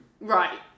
Right